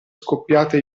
scoppiata